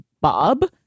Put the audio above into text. Bob